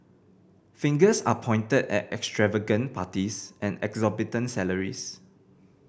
fingers are pointed at extravagant parties and exorbitant salaries